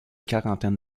quarantaine